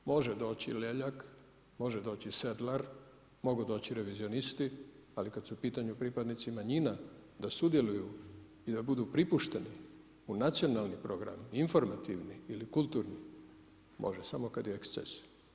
Može doći Ljeljak, može doći Sedlar, mogu doći revizionisti ali kad su u pitanju pripadnici manjina da sudjeluju i da budu pripušteni u nacionalni program, informativni ili kulturni, može samo kad je eksces.